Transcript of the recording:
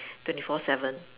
twenty four seven